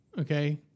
okay